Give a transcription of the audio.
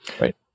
Right